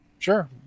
Sure